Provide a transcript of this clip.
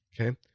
Okay